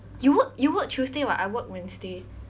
you work you work tuesday [what] I work wednesday